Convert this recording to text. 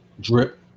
drip